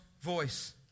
voice